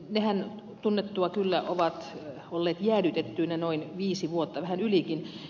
nehän tunnettua kyllä ovat olleet jäädytettyinä noin viisi vuotta vähän ylikin